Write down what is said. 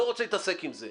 לא רוצה להתעסק עם זה.